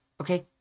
Okay